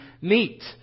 meet